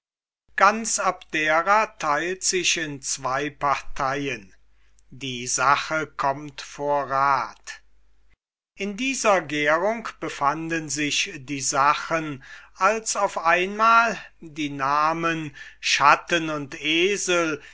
ganze abdera teilt sich in zwo parteien die sache kommt vor rat in dieser gärung befanden sich die sachen als auf einmal die namen schatten und esel